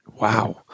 Wow